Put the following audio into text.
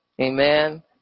Amen